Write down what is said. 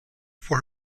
for